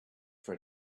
for